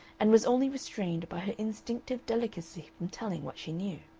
and was only restrained by her instinctive delicacy from telling what she knew.